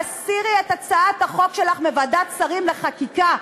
תסירי את הצעת החוק שלך מוועדת שרים לחקיקה,